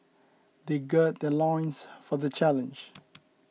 they gird their loins for the challenge